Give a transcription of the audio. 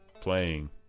playing